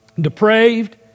depraved